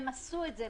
הם עשו את זה,